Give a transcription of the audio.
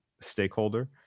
stakeholder